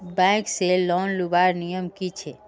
Bank से loan लुबार नियम की छे?